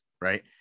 right